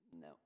No